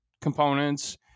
components